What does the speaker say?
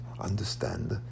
understand